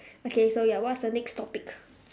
okay so ya what's the next topic